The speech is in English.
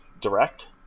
Direct